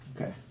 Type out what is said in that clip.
Okay